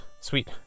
Sweet